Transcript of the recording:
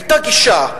היתה גישה,